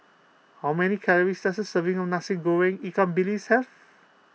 how many calories does a serving of Nasi Goreng Ikan Bilis have